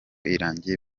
irangiye